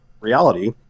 reality